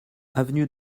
avenue